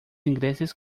ingleses